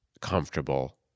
comfortable